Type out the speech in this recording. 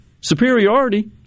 superiority